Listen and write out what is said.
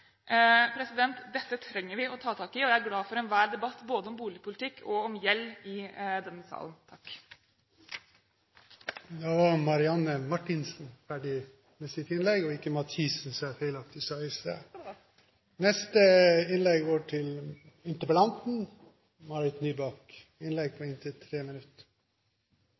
Dette trenger vi å ta tak i, og jeg er glad for enhver debatt både om boligpolitikk og om gjeld i denne salen. Tusen takk for debatten. La meg først understreke det som